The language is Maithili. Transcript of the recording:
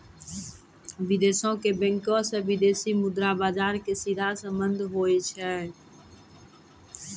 विदेशो के बैंको से विदेशी मुद्रा बजारो के सीधा संबंध होय छै